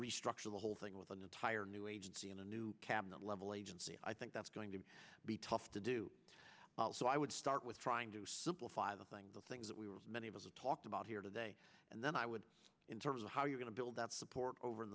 restructure the whole thing with an entire new agency and a new cabinet level agency i think that's going to be tough to do so i would start with trying to simplify the thing the things that we were many of us have talked about here today and then i would in terms of how you're going to that's support over in